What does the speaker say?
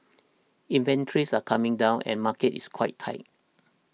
inventories are coming down and market is quite tight